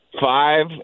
five